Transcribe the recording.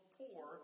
poor